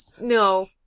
no